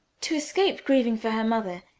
to escape grieving for her mother,